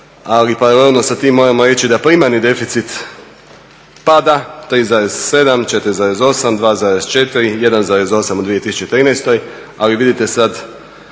Ali paralelno sa tim moramo ići da primarni deficit pada 3.7, 4.8, 2.4, 1.8 u 2013. Ali vidite sad